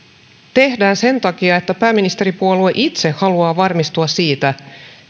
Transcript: tehdään sen takia että pääministeripuolue itse haluaa varmistua siitä